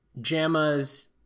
JAMA's